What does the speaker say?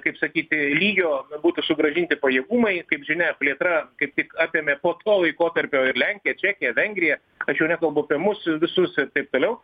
kaip sakyti lygio būtų sugrąžinti pajėgumai kaip žinia plėtra kaip tik apėmė po to laikotarpio ir lenkiją čekiją vengriją aš jau nekalbu apie mus visus ir taip toliau